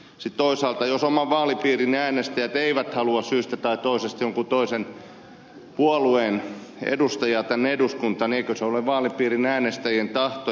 sitten toisaalta jos oman vaalipiirin äänestäjät eivät halua syystä tai toisesta jonkun toisen puolueen edustajaa tänne eduskuntaan niin eikö se ole vaalipiirin äänestäjien tahto